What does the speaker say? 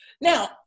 Now